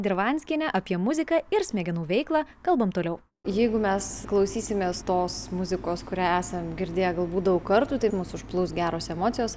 dirvanskiene apie muziką ir smegenų veiklą kalbam toliau jeigu mes klausysimės tos muzikos kurią esam girdėję galbūt daug kartų taip mus užplūs geros emocijos